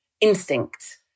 instinct